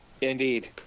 indeed